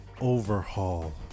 overhaul